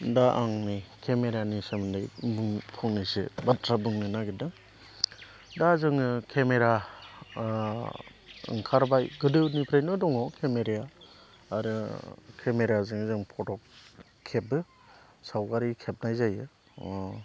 दा आंनि केमेरानि सोमोन्दै फंनैसो बाथ्रा बुंनो नागिरदों दा जोङो केमेरा ओंखारबाय गोदोनिफ्रायनो दङ केमेराया आरो केमेराजों जों फट' खेबो सावगारि खेबनाय जायो